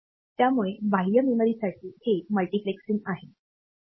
त्यामुळे बाह्य मेमरीसाठी हे मल्टीप्लेक्सिंग आहे